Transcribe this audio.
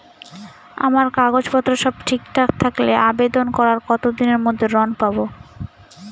আমার কাগজ পত্র সব ঠিকঠাক থাকলে আবেদন করার কতদিনের মধ্যে ঋণ পাব?